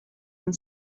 and